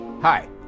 Hi